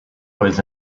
always